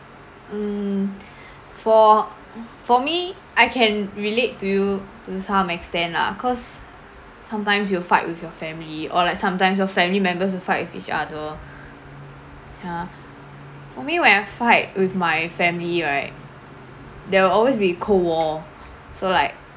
um for for me I can relate to you to some extent lah cause sometimes you'll fight with your family or like sometimes your family members will fight with each other ya for me when I fight with my family right there'll always be a cold war so like